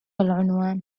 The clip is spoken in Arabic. العنوان